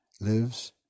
lives